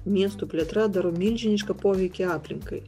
miestų plėtra daro milžinišką poveikį aplinkai